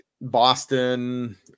Boston